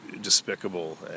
despicable